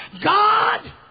God